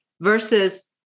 versus